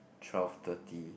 twelve thirty